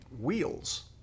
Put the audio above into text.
wheels